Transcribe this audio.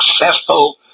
successful